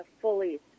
fully